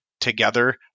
Together